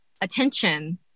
attention